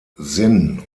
sinn